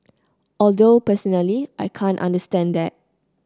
although personally I can't understand that